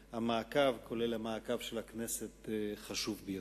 והמעקב כולל את המעקב של הכנסת והוא חשוב ביותר.